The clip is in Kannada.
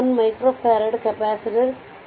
1 ಮೈಕ್ರೊಫರಾಡ್ ಕೆಪಾಸಿಟರ್ ಕ್ಷಮಿಸಿ 0